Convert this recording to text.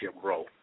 grow